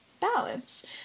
balance